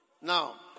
Now